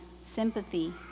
sympathy